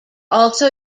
also